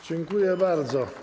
Dziękuję bardzo.